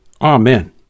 Amen